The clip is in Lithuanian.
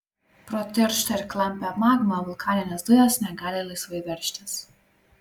pro tirštą ir klampią magmą vulkaninės dujos negali laisvai veržtis